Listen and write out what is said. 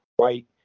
right